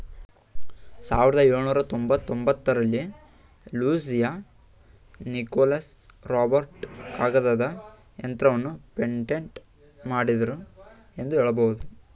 ಸಾವಿರದ ಎಳುನೂರ ತೊಂಬತ್ತಒಂಬತ್ತ ರಲ್ಲಿ ಲೂಸಿಯಾ ನಿಕೋಲಸ್ ರಾಬರ್ಟ್ ಕಾಗದದ ಯಂತ್ರವನ್ನ ಪೇಟೆಂಟ್ ಮಾಡಿದ್ರು ಎಂದು ಹೇಳಬಹುದು